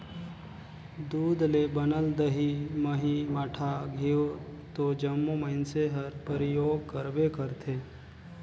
दूद ले बनल दही, मही, मठा, घींव तो जम्मो मइनसे हर परियोग करबे करथे